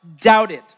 doubted